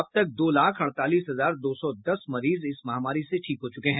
अब तक दो लाख अड़तालीस हजार दो सौ दस मरीज इस महामारी से ठीक हो चुके हैं